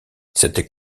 cette